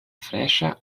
freŝa